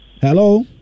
Hello